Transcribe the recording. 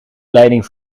leiding